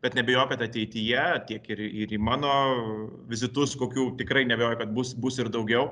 bet neabejoju kad ateityje tiek ir ir į mano vizitus kokių tikrai neabejoju kad bus bus ir daugiau